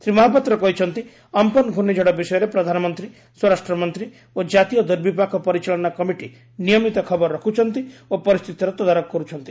ଶ୍ରୀ ମହାପାତ୍ର କହିଛନ୍ତି ଅମ୍ପନ୍ ଘୁର୍ଷିଝଡ଼ ବିଷୟରେ ପ୍ରଧାନମନ୍ତ୍ରୀ ସ୍ୱରାଷ୍ଟ୍ରମନ୍ତ୍ରୀ ଓ ଜାତୀୟ ଦୂର୍ବିପାକ ପରିଚାଳନା କମିଟି ନିୟମିତ ଖବର ରଖୁଛନ୍ତି ଓ ପରିସ୍ଥିତିର ତଦାରଖ କରୁଛନ୍ତି